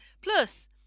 Plus